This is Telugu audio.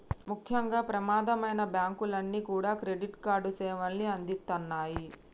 ముఖ్యంగా ప్రమాదమైనా బ్యేంకులన్నీ కూడా క్రెడిట్ కార్డు సేవల్ని అందిత్తన్నాయి